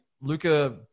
Luca